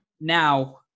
Now